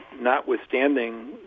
notwithstanding